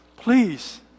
Please